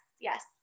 Yes